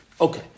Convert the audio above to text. Okay